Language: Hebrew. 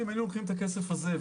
לו היינו לוקחים את הכסף הזה,